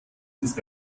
ist